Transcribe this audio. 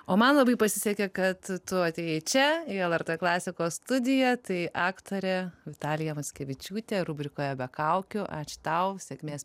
o man labai pasisekė kad tu atėjai čia į lrt klasikos studiją tai aktorė vitalija mockevičiūtė rubrikoje be kaukių ačiū tau sėkmės